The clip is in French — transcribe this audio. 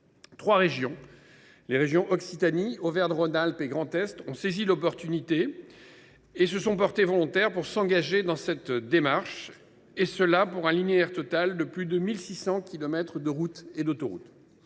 Trois régions – Occitanie, Auvergne Rhône Alpes et Grand Est – ont saisi l’opportunité et se sont portées volontaires pour s’engager dans cette démarche, concernant un linéaire total de plus de 1 600 kilomètres de routes et d’autoroutes.